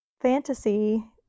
fantasy